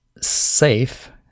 safe